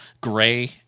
gray-